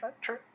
true